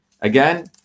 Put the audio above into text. Again